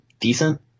decent